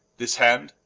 this hand,